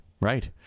right